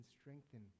strengthen